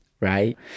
Right